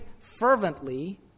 fervently